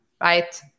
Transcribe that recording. Right